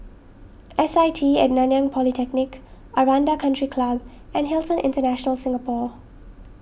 S I T at Nanyang Polytechnic Aranda Country Club and Hilton International Singapore